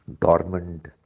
dormant